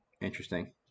interesting